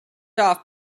off